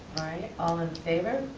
all in favor?